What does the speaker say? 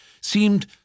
seemed